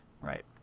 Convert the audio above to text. Right